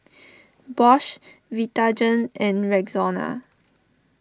Bosch Vitagen and Rexona